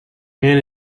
man